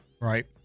Right